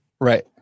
Right